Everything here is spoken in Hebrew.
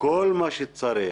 כל מה שצריך